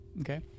Okay